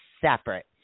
separate